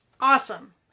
awesome